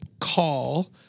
call